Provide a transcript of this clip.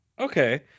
Okay